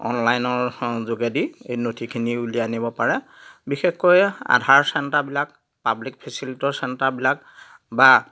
অনলাইনৰ যোগেদি এই নথিখিনি উলিয়াই আনিব পাৰে বিশেষকৈ আধাৰ চেণ্টাৰবিলাক পাব্লিক ফেচিলেটৰ চেণ্টাৰবিলাক বা